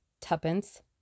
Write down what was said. Tuppence